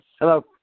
Hello